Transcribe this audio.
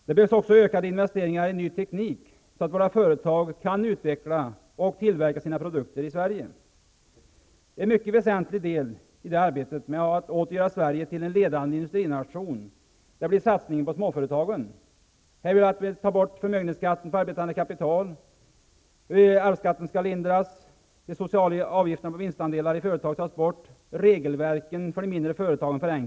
Det behövs också ökade investeringar i ny teknik så att våra företag kan utveckla och tillverka sina produkter i En mycket väsentlig del i arbetet med att åter göra Sverige till en ledande industrination blir satsningen på småföretagen. Förmögenhetsskatten på arbetande kapital skall avskaffas, arvsskatten lindras, de sociala avgifterna på vinstandelar i företag tas bort och regelverken för de mindre företagen förenklas.